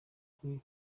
kuri